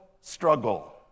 struggle